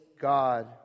God